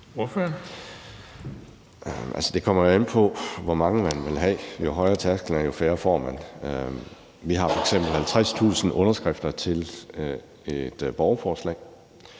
(DF): Det kommer jo an på, hvor mange man vil have – jo højere tærskler, jo færre får man. Der skal f.eks. være 50.000 underskrifter til et borgerforslag.